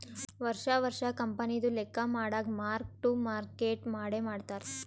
ವರ್ಷಾ ವರ್ಷಾ ಕಂಪನಿದು ಲೆಕ್ಕಾ ಮಾಡಾಗ್ ಮಾರ್ಕ್ ಟು ಮಾರ್ಕೇಟ್ ಮಾಡೆ ಮಾಡ್ತಾರ್